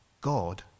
God